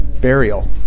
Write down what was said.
Burial